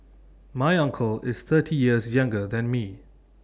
my uncle is thirty years younger than me